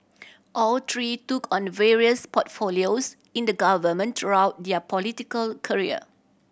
all three took on various portfolios in the government throughout their political career